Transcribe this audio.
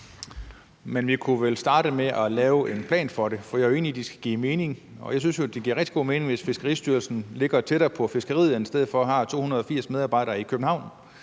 Men vi kunne vel starte med at lave en plan for det. Jeg er enig i, at det skal give mening, og jeg synes jo, at det giver rigtig god mening, hvis Fiskeristyrelsen ligger tættere på fiskeriet, i stedet for at man har 280 medarbejdere i København.